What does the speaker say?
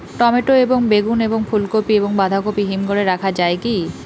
Tomato এবং বেগুন এবং ফুলকপি এবং বাঁধাকপি হিমঘরে রাখা যায় কি?